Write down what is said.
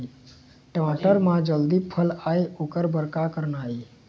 टमाटर म जल्दी फल आय ओकर बर का करना ये?